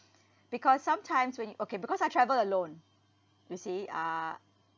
because sometimes when you okay because I travel alone you see uh